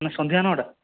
ସନ୍ଧ୍ୟା ନଅଟା